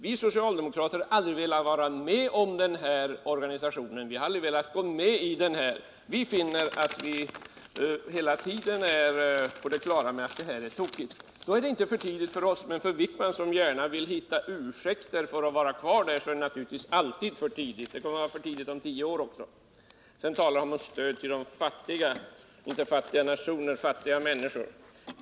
Vi socialdemokrater har aldrig velat gå med i den här organisationen. Vi är och har hela tiden varit på det klara med att det är tokigt. Alltså är det inte för tidigt för oss att ta ställning, men för Anders Wijkman, som gärna vill hitta ursäkter för att vara kvar i IDB, är det naturligtvis för tidigt. Det kommer att vara för tidigt också om tio år. Sedan talas det om stöd till de fattiga - inte fattiga nationer utan fattiga människor.